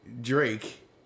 Drake